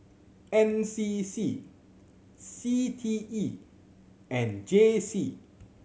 N C C C T E and J C